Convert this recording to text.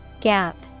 Gap